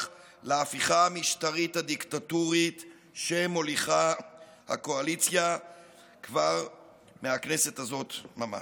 להפיכה המשטרית הדיקטטורית שמוליכה הקואליציה כבר מהכנסת הזאת ממש.